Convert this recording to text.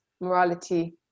morality